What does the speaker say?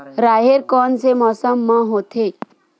राहेर कोन से मौसम म होथे?